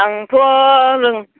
आंथ' रों